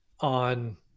on